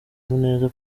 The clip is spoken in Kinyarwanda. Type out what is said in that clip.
muneza